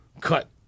cut